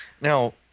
Now